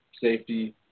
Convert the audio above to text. safety